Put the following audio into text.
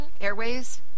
airways